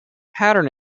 pattern